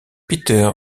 peter